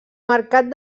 mercat